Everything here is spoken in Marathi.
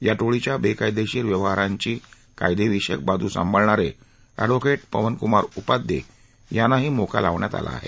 या टोळीच्या बेकायदेशीर व्यवहारांची कायदेविषयक बाजू सांभाळणारे एडवोकेट पवन क्मार उपाध्ये यांनाही मोक्का लावला आहे